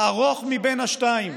הזמן הארוך מבין השניים.